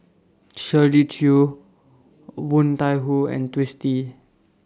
Shirley Chew Woon Tai Ho and Twisstii